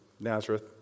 Nazareth